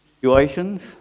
situations